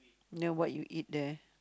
then what you eat there